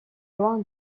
loin